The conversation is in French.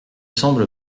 semble